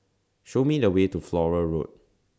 Show Me The Way to Flora Road